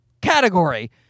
category